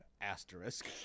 Asterisk